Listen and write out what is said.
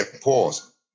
pause